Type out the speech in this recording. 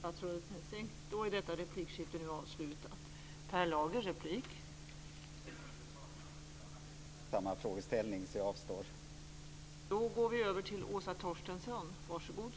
Fru talman! Jag hade exakt samma frågeställning. Jag avstår därför från att ställa frågan.